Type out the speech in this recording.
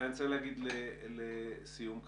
אני רוצה לומר לסיום כך: